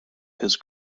his